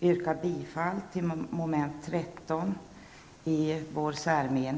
yrka bifall till mom. 13 i den meningsyttring vi har avgett till betänkandet.